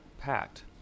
packed